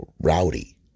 rowdy